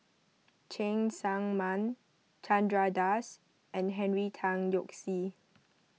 Cheng Tsang Man Chandra Das and Henry Tan Yoke See